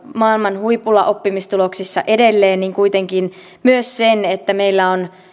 maailman huipulla oppimistuloksissa edelleen kuitenkin myös sen että meillä on